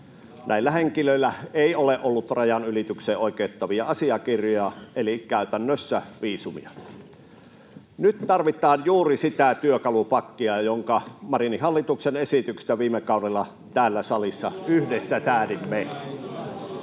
Näillä henkilöillä ei ole ollut rajanylitykseen oikeuttavia asiakirjoja eli käytännössä viisumia. Nyt tarvitaan juuri sitä työkalupakkia, jonka Marinin hallituksen esityksestä viime kaudella täällä salissa yhdessä säädimme.